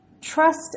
trust